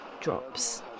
drops